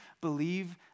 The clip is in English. believe